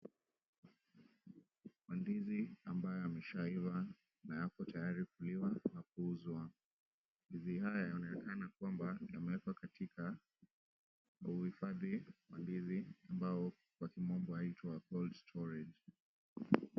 Mandizi ambayo yashaiva na yapo tayari kuliwa na kuuzwa. Mandizi haya yanaonekana kwamba yameekwa katika uhifadhi wa ndizi ambayo kwa kimombo yaitwa cold storage .